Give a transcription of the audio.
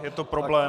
Je to problém...